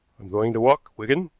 i'm going to walk, wigan,